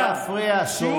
לא להפריע, סובה.